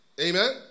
Amen